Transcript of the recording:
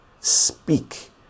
speak